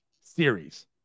series